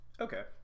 Okay